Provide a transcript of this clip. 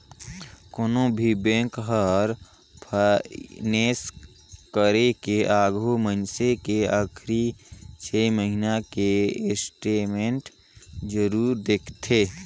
कोनो भी बेंक हर फाइनेस करे के आघू मइनसे के आखरी छे महिना के स्टेटमेंट जरूर देखथें